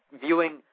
viewing